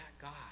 God